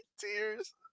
Tears